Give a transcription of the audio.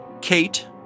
Kate